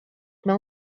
mewn